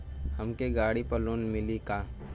हमके गाड़ी पर लोन मिली का?